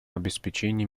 обеспечения